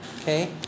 Okay